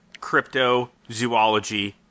cryptozoology